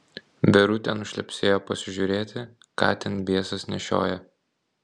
verutė nušlepsėjo pasižiūrėti ką ten biesas nešioja